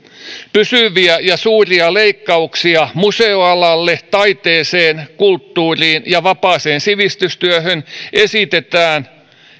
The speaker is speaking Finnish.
pysyviä ja suuria leikkauksia museoalalle taiteeseen kulttuuriin ja vapaaseen sivistystyöhön esitetään